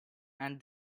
and